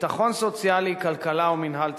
ביטחון סוציאלי, כלכלה או מינהל ציבורי.